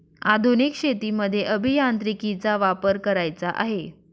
आधुनिक शेतीमध्ये अभियांत्रिकीचा वापर करायचा आहे